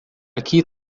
aqui